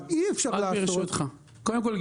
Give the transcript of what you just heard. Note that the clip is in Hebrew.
קודם כול,